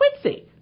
Quincy